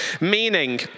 meaning